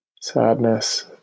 sadness